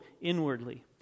inwardly